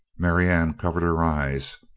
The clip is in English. marianne covered her eyes,